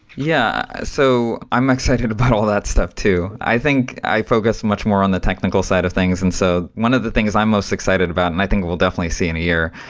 yeah. so i'm excited about all of that stuff too. i think i focus much more on the technical side of things. and so one of the things i'm most excited about, and i think we'll definitely see in a year,